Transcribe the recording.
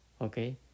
Okay